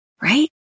right